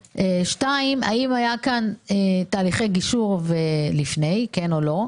שנית, האם היו כאן תהליכי גישור לפני, כן או לא.